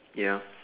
ya